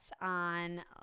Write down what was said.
on